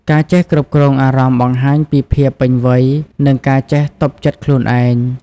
ការចេះគ្រប់គ្រងអារម្មណ៍បង្ហាញពីភាពពេញវ័យ និងការចេះទប់ចិត្តខ្លួនឯង។